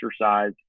exercise